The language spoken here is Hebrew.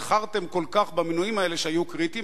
איחרתם כל כך במינויים האלה, שהיו קריטיים.